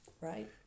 Right